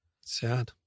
sad